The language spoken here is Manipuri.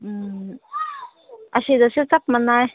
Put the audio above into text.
ꯎꯝ ꯑꯁꯤꯗꯁꯨ ꯆꯞ ꯃꯥꯟꯅꯩ